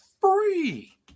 free